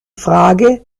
frage